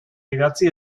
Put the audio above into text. idatzi